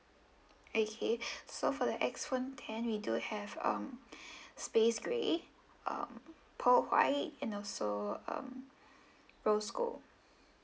okay so for the X phone ten we do have um space grey um pearl white and also um rose gold